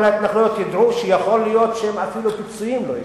להתנחלויות ידעו שיכול להיות שאפילו פיצויים הם לא יקבלו.